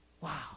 wow